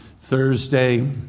Thursday